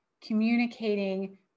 communicating